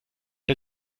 der